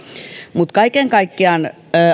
mutta kaiken kaikkiaan